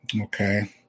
okay